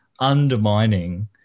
Undermining